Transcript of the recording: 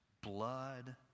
blood